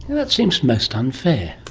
that seems most unfair.